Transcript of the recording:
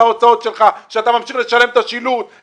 ההוצאות שלך שאתה ממשיך לשלם את הארנונה,